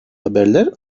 haberler